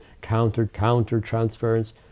counter-counter-transference